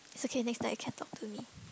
it's okay next time you can talk to me